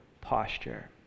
posture